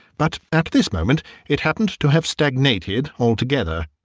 but at this moment it happened to have stagnated altogether.